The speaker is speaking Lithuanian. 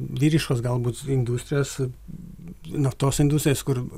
vyriškos galbūt industrijos naftos industrijos kur